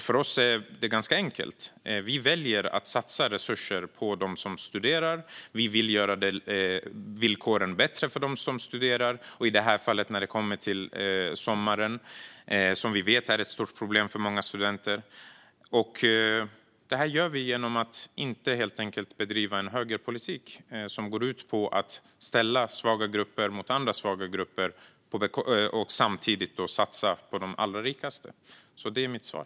För oss är det ganska enkelt. Vi väljer att satsa resurser på dem som studerar och vill göra villkoren bättre för dem, i detta fall under sommaren, som vi vet är ett stort problem för många studenter. Det gör vi helt enkelt genom att inte bedriva en högerpolitik som går ut på att ställa svaga grupper mot andra svaga grupper och samtidigt satsa på de allra rikaste. Detta är mitt svar.